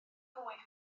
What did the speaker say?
fwyd